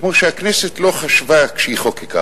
כמו שהכנסת לא חשבה כשהיא חוקקה,